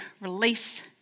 release